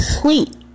sweet